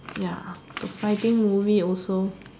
ya got fighting movie also